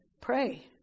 Pray